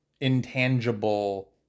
intangible